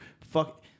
fuck